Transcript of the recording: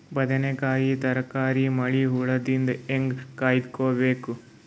ಬದನೆಕಾಯಿ ತರಕಾರಿ ಮಳಿ ಹುಳಾದಿಂದ ಹೇಂಗ ಕಾಯ್ದುಕೊಬೇಕು?